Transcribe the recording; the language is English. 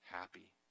happy